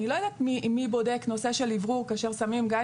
אני לא יודעת מי בודק נושא של אוורור כאשר שמים גן